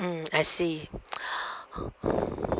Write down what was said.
mm I see